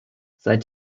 seit